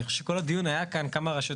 אני חושב שכל הדיון היה כאן כמה הרשויות